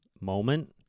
moment